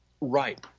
right